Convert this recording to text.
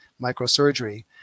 microsurgery